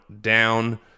down